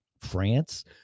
France